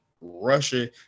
Russia